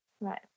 Right